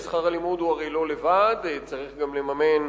ושכר הלימוד הוא הרי לא לבד, צריך גם לממן